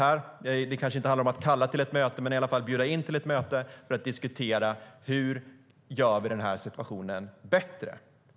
Det kanske inte handlar om att kalla till ett möte, men han bjuder i alla fall in till ett möte för att diskutera hur vi gör den här situationen bättre.